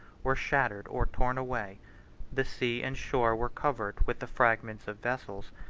were shattered or torn away the sea and shore were covered with the fragments of vessels,